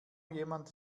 jemand